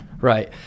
Right